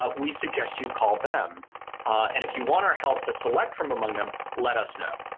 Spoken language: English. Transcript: ah we suggest you call them and if you want our help to select from among them, let us know.